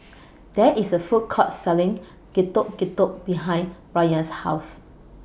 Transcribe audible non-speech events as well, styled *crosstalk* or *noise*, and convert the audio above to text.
*noise* There IS A Food Court Selling Getuk Getuk behind Rayan's House